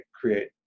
create